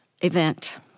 event